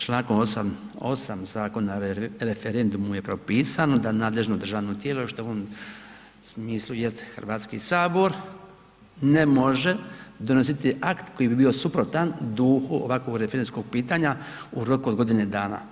Člankom 8. Zakona o referendumu je propisano da nadležno državno tijelo što u ovom smislu jest Hrvatski sabor ne može donositi akt koji bi bio suprotan duhu ovakvog referendumskog pitanja u roku od godine dana.